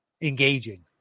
engaging